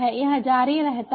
यह जारी रहता है